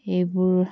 এইবোৰ